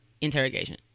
interrogation